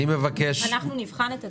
אנחנו נבחן את הדברים.